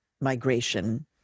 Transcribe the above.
migration